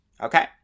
Okay